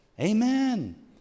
Amen